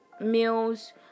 meals